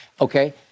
okay